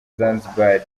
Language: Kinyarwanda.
zanzibar